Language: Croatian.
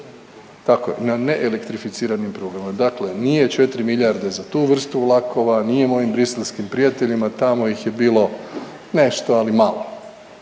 je, na neelektrificiranim prugama, dakle nije 4 milijarde za tu vrstu vlakova, nije mojim briselskim prijateljima, tamo ih je bilo nešto, ali malo,